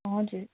हजुर